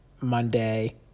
Monday